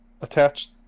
attached